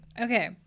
okay